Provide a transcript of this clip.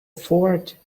ford